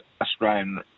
Australian